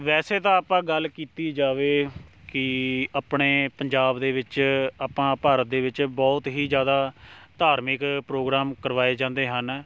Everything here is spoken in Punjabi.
ਵੈਸੇ ਤਾਂ ਆਪਾਂ ਗੱਲ ਕੀਤੀ ਜਾਵੇ ਕਿ ਆਪਣੇ ਪੰਜਾਬ ਦੇ ਵਿੱਚ ਆਪਾਂ ਭਾਰਤ ਦੇ ਵਿੱਚ ਬਹੁਤ ਹੀ ਜ਼ਿਆਦਾ ਧਾਰਮਿਕ ਪ੍ਰੋਗਰਾਮ ਕਰਵਾਏ ਜਾਂਦੇ ਹਨ